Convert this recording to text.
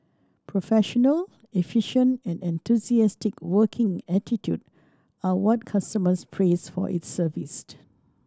professional efficient and enthusiastic working attitude are what customers praise for its service